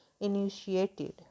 initiated